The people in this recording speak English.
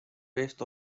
rest